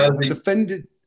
defended